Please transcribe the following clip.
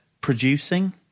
producing